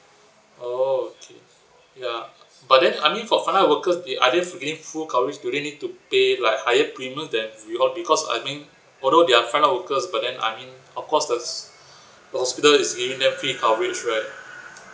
oh okay ya but then I mean for frontline workers they are they getting full coverage do they need to pay like higher premium than we all because I mean although they are frontline workers but then I mean of course the hospital is giving them free coverage right